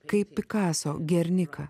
kaip pikaso gerniką